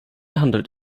handelt